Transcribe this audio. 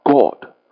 God